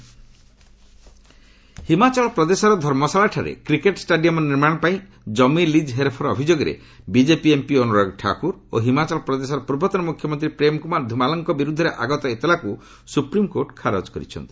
SC HPCA Himachal ପ୍ରଦେଶର ଧର୍ମଶାଳାଠାରେ cricket stadium ନିର୍ମାଣ ପାଇଁ ଜମି ଲିଜ୍ ହେର୍ଫେର୍ ଅଭିଯୋଗରେ ବିକେପି ଏମ୍ପି ଅନୁରାଗ୍ ଠାକୁର ଓ ହିମାଚଳ ପ୍ରଦେଶର ପୂର୍ବତନ ମୁଖ୍ୟମନ୍ତ୍ରୀ ପ୍ରେମ୍ କୁମାର ଧୁମାଲ୍ଙ୍କ ବିରୁଦ୍ଧରେ ଆଗତ ଏତଲାକୁ ସୁପ୍ରିମ୍କୋର୍ଟ ଖାରଜ କରିଛନ୍ତି